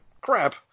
Crap